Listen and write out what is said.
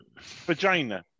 vagina